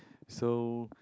so